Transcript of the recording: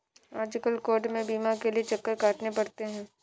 आजकल कोर्ट में बीमा के लिये चक्कर काटने पड़ते हैं